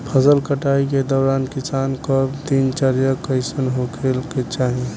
फसल कटाई के दौरान किसान क दिनचर्या कईसन होखे के चाही?